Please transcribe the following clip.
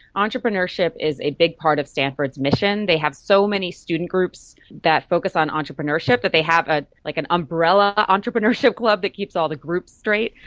entrepreneurship is a big part of stanford's mission. they have so many student groups that focus on entrepreneurship that they have ah like an umbrella entrepreneurship club that keeps all the groups straight.